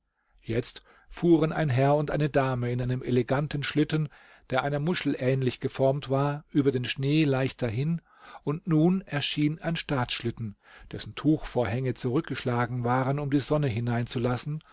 jetzt fuhren ein herr und eine dame in einem eleganten schlitten der einer muschel ähnlich geformt war über den schnee leicht dahin und nun erschien ein staatsschlitten dessen tuchvorhänge zurückgeschlagen waren um die sonne hinein